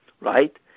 right